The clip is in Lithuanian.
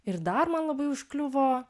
ir dar man labai užkliuvo